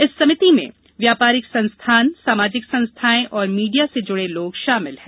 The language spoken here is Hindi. इस समिति में व्यापारिक संस्थान सामाजिक संस्थाएं और मीडिया से जुड़े लोग शामिल हैं